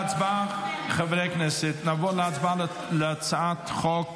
חברי הכנסת, נעבור להצבעה על הצעת חוק